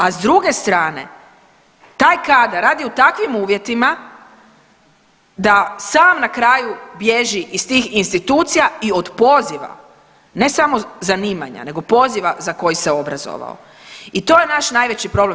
A s druge strane taj kadar radi u takvim uvjetima da sam na kraju bježi iz tih institucija i od poziva, ne samo zanimanja, nego poziva za koji se obrazovao i to je naš najveći problem.